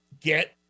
get